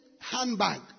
handbag